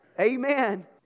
Amen